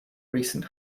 recent